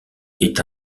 est